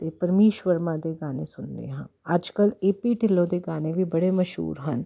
ਅਤੇ ਪਰਮੀਸ਼ ਵਰਮਾ ਦੇ ਗਾਣੇ ਸੁਣਦੀ ਹਾਂ ਅੱਜ ਕੱਲ੍ਹ ਏਪੀ ਢਿੱਲੋ ਦੇ ਗਾਣੇ ਵੀ ਬੜੇ ਮਸ਼ਹੂਰ ਹਨ